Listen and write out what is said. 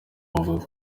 bavuga